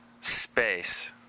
space